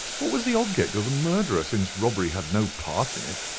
what was the object of the murderer, since robbery had no part in it?